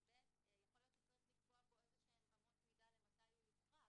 ובי"ת יכול להיות שצריך לקבוע פה אמות מידה למתי הוא יוחרג.